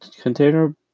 container